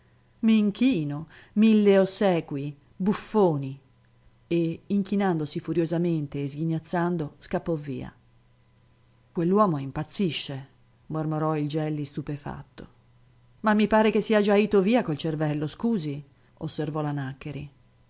m'inchino mille ossequii buffoni e inchinandosi furiosamente e sghignazzando scappò via quell'uomo impazzisce mormorò il gelli stupefatto ma mi pare che sia già ito via col cervello scusi osservò la nàccheri